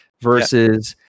versus